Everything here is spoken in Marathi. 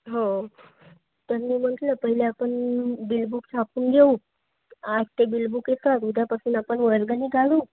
हो तर मी म्हटलं पहिले आपण बिलबुक छापून घेऊ आज ते बिलबुक येचाल उद्यापासून आपण वर्गणी काढू